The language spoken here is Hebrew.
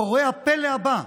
קורה הפלא הבא: